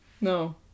No